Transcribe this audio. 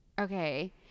okay